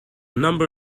number